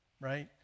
right